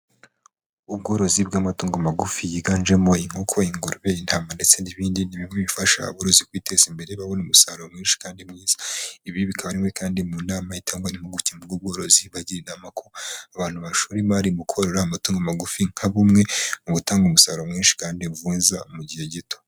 Ubworozi bw'amatungo magufi yiganjemo inkoko, ingurube, intama, ndetse n'ibindi ni bimwe bifasha abarozi kwiteza imbere babona umusaruro mwinshi kandi mwiza. Ibi bikaba ari bimwe kandi mu nama itangwa n'impuguke mu by'ubworozi bagira inama ko abantu bashora imari mu korora amatungo magufi nka bumwe mu gutanga umusaruro mwinshi kandi mwiza mu gihe gito.